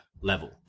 level